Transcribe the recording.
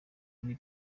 muri